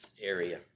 area